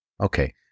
Okay